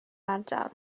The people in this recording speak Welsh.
ardal